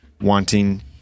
wanting